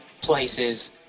places